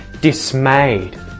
dismayed